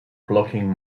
blocking